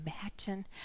imagine